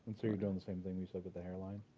so you're doing the same thing you said with the hairline.